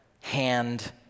hand